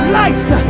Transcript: light